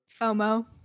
FOMO